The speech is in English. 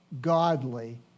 godly